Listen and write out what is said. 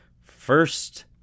first